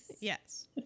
Yes